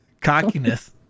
Cockiness